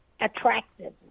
attractive